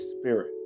Spirit